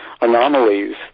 anomalies